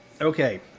okay